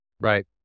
right